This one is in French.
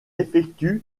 effectue